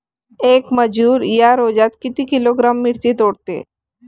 येक मजूर या रोजात किती किलोग्रॅम मिरची तोडते?